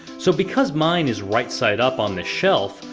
so because mine is right side up on this shelf,